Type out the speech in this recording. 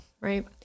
right